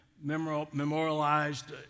memorialized